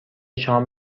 شام